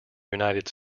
united